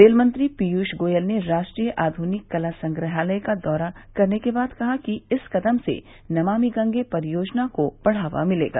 rail मंत्री पीयूष गोयल ने राष्ट्रीय आधुनिक कला संग्रहालय का दौरा करने के बाद कहा है कि इस कदम से नमामि गंगे परियोजना को बढ़ावा मिलेगा